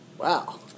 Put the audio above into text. Wow